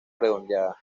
redondeada